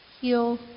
heal